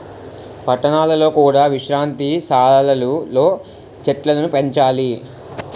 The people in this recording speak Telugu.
పట్టణాలలో కూడా విశ్రాంతి సాలలు లో చెట్టులను పెంచాలి